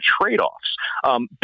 trade-offs